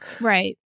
Right